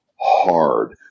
hard